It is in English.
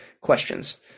questions